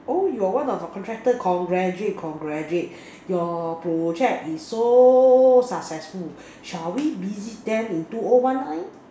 oh you one of the contractors congratulate congratulate you to check is so successful should we busy then in two or one nine